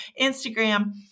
Instagram